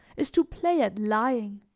is to play at lying,